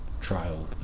trial